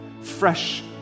fresh